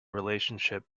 relationship